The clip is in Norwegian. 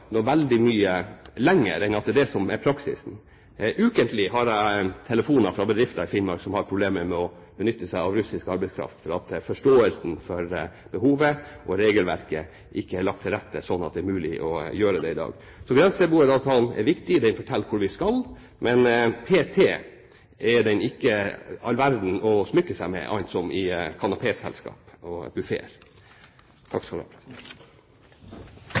noe veldig mye lenger enn at det er det som er praksisen. Ukentlig har jeg telefoner fra bedrifter i Finnmark som har problemer med å benytte seg av russisk arbeidskraft fordi forståelsen av behovet og regelverket ikke er lagt til rette, sånn at det er mulig å gjøre det i dag. Så grenseboeravtalen er viktig. Den forteller hvor vi skal, men p.t. er den ikke all verden å smykke seg med, annet enn i kanapéselskap og